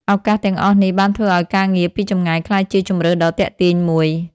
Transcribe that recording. ឱកាសទាំងអស់នេះបានធ្វើឱ្យការងារពីចម្ងាយក្លាយជាជម្រើសដ៏ទាក់ទាញមួយ។